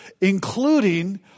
including